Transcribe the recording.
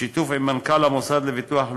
בשיתוף עם מנכ"ל המוסד לביטוח לאומי,